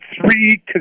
Three